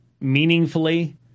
meaningfully